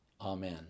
Amen